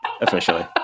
officially